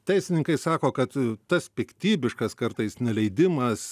teisininkai sako kad tas piktybiškas kartais neleidimas